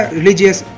religious